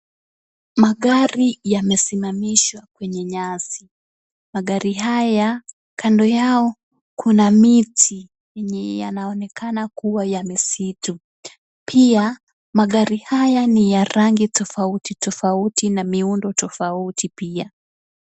Magari yamesimamishwa kwenye nyasi. Magari haya kando yao kuna miti yaonekana kuwa ya misitu. Pia magari haya ni ya rangi tofauti tofauti na miundo tofauti pia.